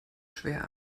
schwer